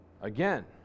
Again